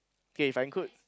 okay if I include